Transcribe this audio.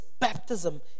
Baptism